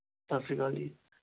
ਸਤਿ ਸ਼੍ਰੀ ਅਕਾਲ ਜੀ